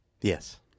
Yes